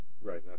Right